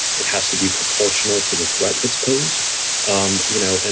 it has to be proportional to the threat that's posed um you know, and